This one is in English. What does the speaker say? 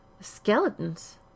Skeletons